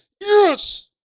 yes